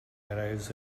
arrives